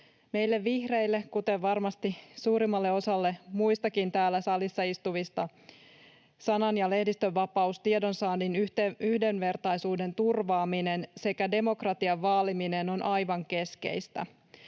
Meille vihreille — kuten varmasti suurimmalle osalle muistakin täällä salissa istuvista — sanan- ja lehdistönvapaus, tiedonsaannin yhdenvertaisuuden turvaaminen sekä demokratian vaaliminen on aivan keskeistä.